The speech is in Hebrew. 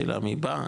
השאלה מי בא,